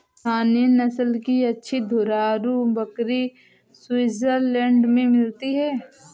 Saanen नस्ल की अच्छी दुधारू बकरी स्विट्जरलैंड में मिलती है